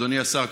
אדוני השר,